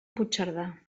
puigcerdà